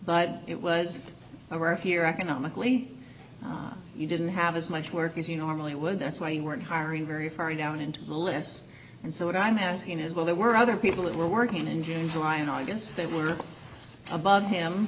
but it was a rough year economically you didn't have as much work as you normally would that's why you weren't hiring very far down into the list and so what i'm asking is well there were other people that were working in june july and august that were above him